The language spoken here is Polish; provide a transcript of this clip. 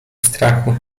strachu